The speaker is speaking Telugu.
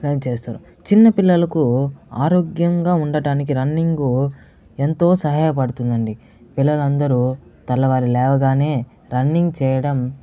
రన్ చేస్తారు చిన్న పిల్లలకు ఆరోగ్యంగా ఉండటానికి రన్నింగు ఎంతో సహాయ పడుతుందండి పిల్లలందరూ తెల్లవారి లేవగానే రన్నింగ్ చేయడం